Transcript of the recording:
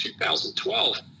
2012